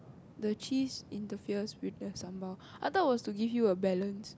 the cheese interferes with the sambal I thought it was to give you a balance